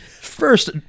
first